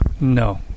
No